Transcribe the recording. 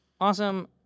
Awesome